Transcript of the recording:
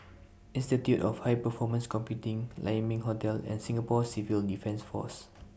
Institute of High Performance Computing Lai Ming Hotel and Singapore Civil Defence Force